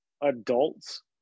adults